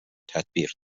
تطبیق